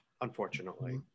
unfortunately